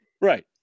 Right